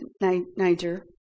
Niger